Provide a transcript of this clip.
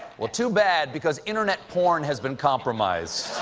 well, too bad, because internet porn has been compromised.